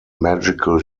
magical